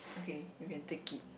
okay you can take it